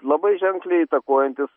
labai ženkliai įtakojantys